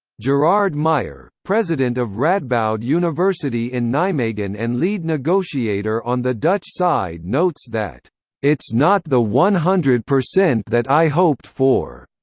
gerard meijer, president of radboud university in nijmegen and lead negotiator on the dutch side notes that it's not the one hundred percent that i hoped for.